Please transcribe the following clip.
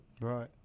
Right